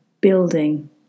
building